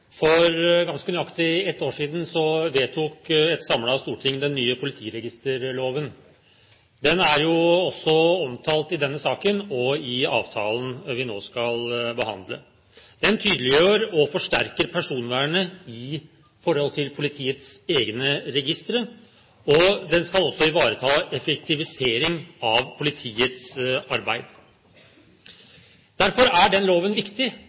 For ganske nøyaktig ett år siden vedtok et samlet storting den nye politiregisterloven. Den er også omtalt i denne saken og i avtalen vi nå behandler. Den tydeliggjør og forsterker personvernet i forhold til politiets egne registre, og den skal også ivareta effektivisering av politiets arbeid. Derfor er den loven viktig